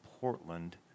Portland